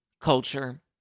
Culture